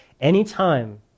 Anytime